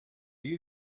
you